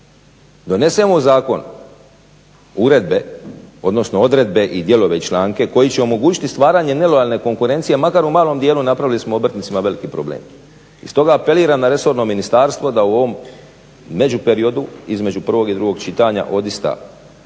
donesemo zakon, uredbe odnosno odredbe i dijelove i članke koji će omogućiti stvaranje nelojalne konkurencije makar u malom dijelu napravili smo obrtnicima veliki problem. I stoga apeliram na resorno ministarstvo da u ovom međuperiodu između 1.i 2.čitanja odista